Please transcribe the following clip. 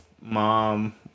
mom